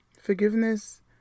Forgiveness